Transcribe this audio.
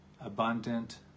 abundant